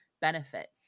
benefits